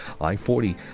I-40